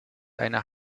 eine